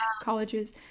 colleges